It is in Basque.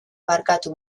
barkatu